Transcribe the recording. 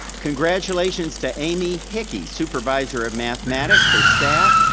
congratulations to amy hickey, supervisor of mathematics, her staff.